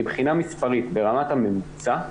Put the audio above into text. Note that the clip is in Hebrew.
מבחינה מספרית ברמת הממוצע,